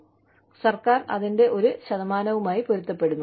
കൂടാതെ സർക്കാർ അതിന്റെ ഒരു ശതമാനവുമായി പൊരുത്തപ്പെടുന്നു